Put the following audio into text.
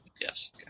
yes